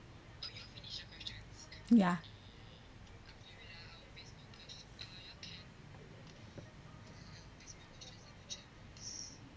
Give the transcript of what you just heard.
ya